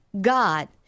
God